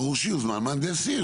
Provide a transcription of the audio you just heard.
ברור שיוזמן מהנדס עיר.